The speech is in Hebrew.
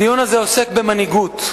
הדיון הזה עוסק במנהיגות.